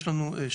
יש לו שטחים,